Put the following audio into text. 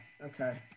Okay